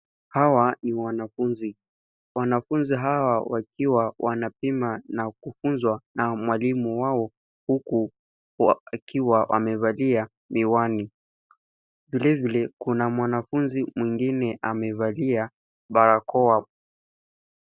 Hawa ni wanafunzi. Wanafunzi hawa wakiwa wanapima na kufunzwa na mwalimu wao huku wakiwa wamevalia miwani. Vilevile kuna mwanafunzi mwingine amevalia barakoa.